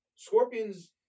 Scorpions